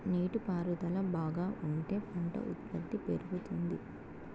నీటి పారుదల బాగా ఉంటే పంట ఉత్పత్తి పెరుగుతుంది